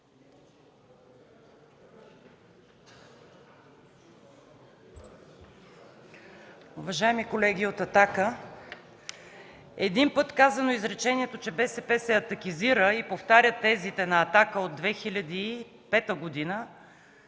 Уважаеми колеги от „Атака”! Един път казано изречението, че БСП се атакизира и повтаря тезите на „Атака” от 2005 г.